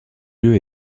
lieu